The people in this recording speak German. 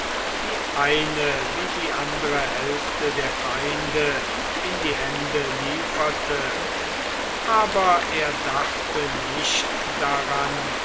die eine wie die andere hälfte der feinde in die hände lieferte aber er dachte nicht daran